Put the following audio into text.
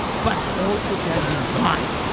but also tell you why.